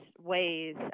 ways